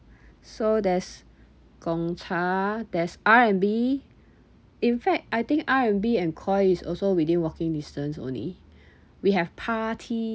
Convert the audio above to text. so there's Gongcha there's R&B in fact I think R&B and Koi is also within walking distance only we have Partea